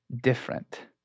different